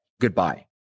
goodbye